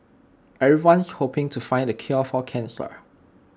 everyone's hoping to find the cure for cancer